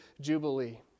Jubilee